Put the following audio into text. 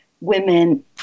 women